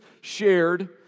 shared